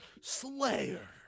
Slayer